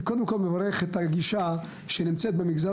אני קודם כול מברך את הגישה שנמצאת במגזר